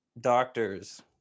doctors